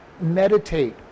meditate